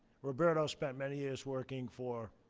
roberto spent many years working for